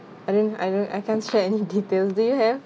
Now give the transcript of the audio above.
I think I don't I can't share any details do you have